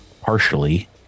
partially